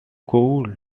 cold